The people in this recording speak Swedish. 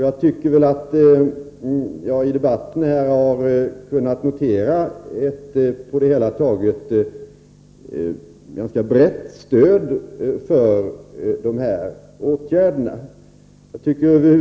Jag har i debatten kunnat notera ett ganska brett stöd för dessa åtgärder.